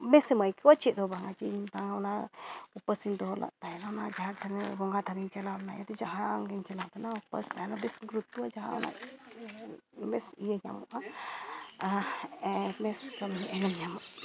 ᱵᱮᱥᱮᱢ ᱟᱹᱭᱠᱟᱹᱣᱟ ᱪᱮᱫ ᱦᱚᱸ ᱵᱟᱝ ᱟᱨ ᱪᱮᱫ ᱤᱧ ᱢᱮᱛᱟᱢᱟ ᱚᱱᱟ ᱩᱯᱟᱹᱥᱤᱧ ᱫᱚᱦᱚ ᱞᱟᱜ ᱛᱟᱦᱮᱱᱟ ᱚᱱᱟ ᱡᱟᱦᱮᱨ ᱛᱷᱟᱱ ᱵᱚᱸᱜᱟ ᱛᱷᱟᱱᱮᱧ ᱪᱟᱞᱟᱣ ᱞᱮᱱᱟ ᱚᱱᱟ ᱤᱭᱟᱹᱛᱮ ᱡᱟᱦᱟᱸ ᱜᱮᱧ ᱪᱟᱞᱟᱣ ᱠᱟᱱᱟ ᱩᱯᱟᱹᱥ ᱛᱟᱦᱮᱱ ᱵᱮᱥ ᱜᱩᱨᱩᱛᱛᱚᱜᱼᱟ ᱡᱟᱦᱟᱸ ᱚᱱᱟ ᱵᱮᱥ ᱤᱭᱟᱹ ᱧᱟᱢᱚᱜᱼᱟ ᱟᱨ ᱵᱮᱥ ᱠᱟᱹᱢᱤ ᱮᱱᱮᱢ ᱧᱟᱢᱚᱜᱼᱟ